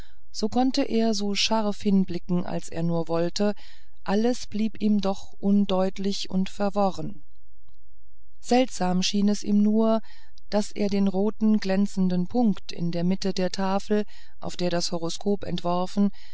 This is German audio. so konnte er so scharf hinblicken als er nur wollte alles blieb ihm doch undeutlich und verworren seltsam schien es ihm nur daß er den roten glänzenden punkt in der mitte der tafel auf der das horoskop entworfen